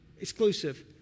Exclusive